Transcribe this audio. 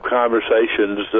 conversations